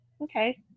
Okay